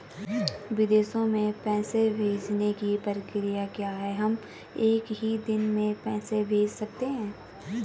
विदेशों में पैसे भेजने की प्रक्रिया क्या है हम एक ही दिन में पैसे भेज सकते हैं?